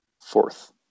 Fourth